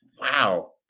Wow